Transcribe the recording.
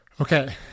Okay